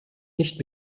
nicht